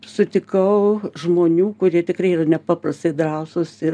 sutikau žmonių kurie tikrai yra nepaprastai drąsūs ir